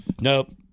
Nope